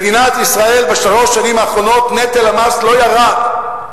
במדינת ישראל בשלוש השנים האחרונות נטל המס לא ירד,